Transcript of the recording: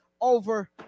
over